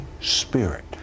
Spirit